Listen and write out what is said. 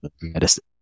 medicine